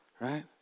right